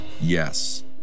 yes